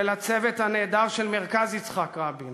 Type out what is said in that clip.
ולצוות הנהדר של מרכז יצחק רבין